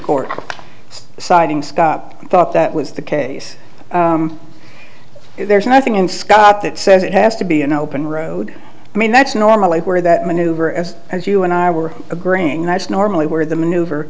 court siding skop thought that was the case there's nothing in scott that says it has to be an open road i mean that's normally where that maneuver as as you and i were agreeing that's normally where the maneuver